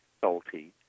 salty